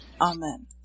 Amen